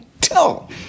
tell